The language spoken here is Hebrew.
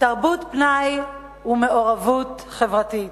תרבות פנאי ומעורבות חברתית.